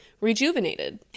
rejuvenated